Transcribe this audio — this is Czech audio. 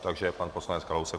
Takže pan poslanec Kalousek.